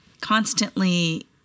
constantly